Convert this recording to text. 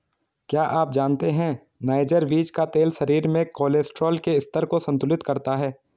क्या आप जानते है नाइजर बीज का तेल शरीर में कोलेस्ट्रॉल के स्तर को संतुलित करता है?